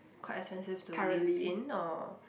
quite expensive to live in or